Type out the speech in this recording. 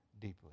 deeply